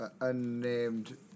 unnamed